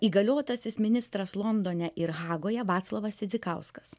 įgaliotasis ministras londone ir hagoje vaclovas sidzikauskas